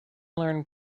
learn